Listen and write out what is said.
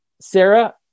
Sarah